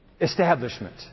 establishment